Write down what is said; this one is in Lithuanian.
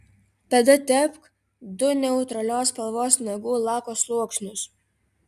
tada tepk du neutralios spalvos nagų lako sluoksnius